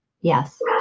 Yes